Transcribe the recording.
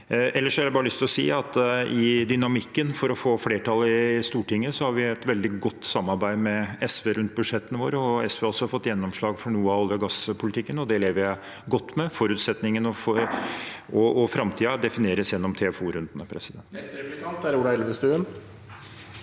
si at når det gjelder dynamikken for å få flertall i Stortinget, har vi et veldig godt samarbeid med SV rundt budsjettene våre. SV har fått gjennomslag for noe av olje- og gasspolitikken, og det lever jeg godt med. Forutsetningene og framtiden defineres gjennom TFO-rundene.